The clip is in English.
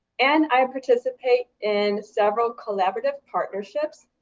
and i participate in several collaborative partnerships